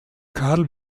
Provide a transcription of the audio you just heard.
carl